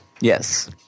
Yes